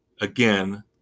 Again